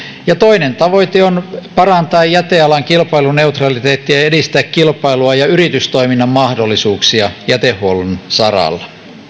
ja toinen tavoite on parantaa jätealan kilpailuneutraliteettia ja edistää kilpailua ja yritystoiminnan mahdollisuuksia jätehuollon saralla